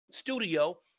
studio